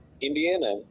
Indiana